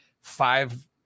five